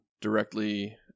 directly